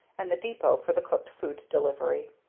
and the depot for the cooked food delivery.